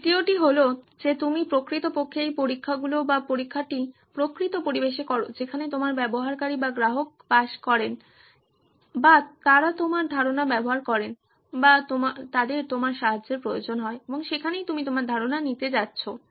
তৃতীয়টি হলো যে তুমি প্রকৃতপক্ষে এই পরীক্ষাগুলি বা পরীক্ষাটি প্রকৃত পরিবেশে করো যেখানে তোমার ব্যবহারকারী বা গ্রাহক বাস করেন বা তারা তোমার ধারণা ব্যবহার করেন বা তাদের তোমার সাহায্যের প্রয়োজন হয় এবং সেখানেই তুমি তোমার ধারণা নিতে যাচ্ছো